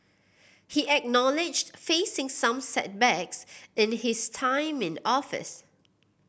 he acknowledged facing some setbacks in his time in office